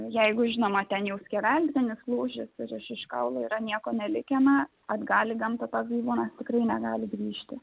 jeigu žinoma ten jau skeveldrinis lūžis ir iš kaulo yra nieko nelikę na atgal į gamtą toks gyvūnas tikrai negali grįžti